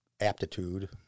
aptitude